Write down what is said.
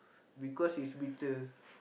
because it's bitter